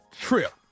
trip